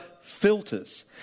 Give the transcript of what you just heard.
filters